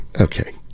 Okay